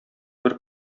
бер